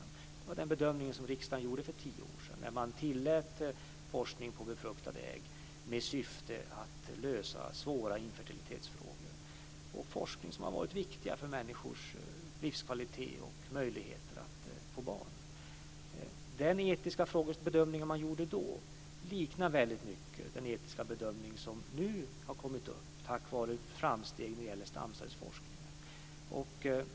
Det var den bedömning som riksdagen gjorde för tio år sedan när man tillät forskning på befruktade ägg med syfte att lösa svåra infertilitetsfrågor, och det är forskning som har varit viktig för människors livskvalitet och möjligheter att få barn. Den etiska bedömning som man gjorde då liknar väldigt mycket den etiska bedömning som nu har kommit upp tack vare framsteg när det gäller stamcellsforskningen.